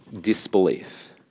disbelief